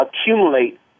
accumulate